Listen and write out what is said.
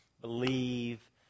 believe